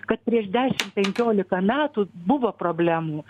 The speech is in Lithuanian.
kad prieš dešimt penkiolika metų buvo problemų